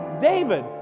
David